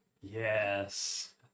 Yes